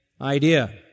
idea